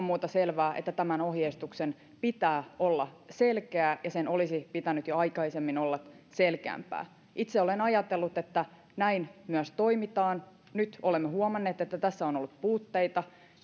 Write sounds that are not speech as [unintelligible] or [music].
[unintelligible] muuta selvää että tämän ohjeistuksen pitää olla selkeää ja sen olisi pitänyt jo aikaisemmin olla selkeämpää itse olen ajatellut että näin myös toimitaan nyt olemme huomanneet että tässä on ollut puutteita